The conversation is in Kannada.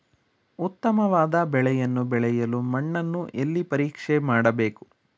ಉತ್ತಮವಾದ ಬೆಳೆಯನ್ನು ಬೆಳೆಯಲು ಮಣ್ಣನ್ನು ಎಲ್ಲಿ ಪರೀಕ್ಷೆ ಮಾಡಬೇಕು?